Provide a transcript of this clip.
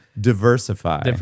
diversify